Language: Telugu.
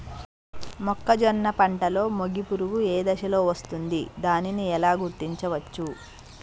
మొక్కజొన్న పంటలో మొగి పురుగు ఏ దశలో వస్తుంది? దానిని ఎలా గుర్తించవచ్చు?